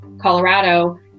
Colorado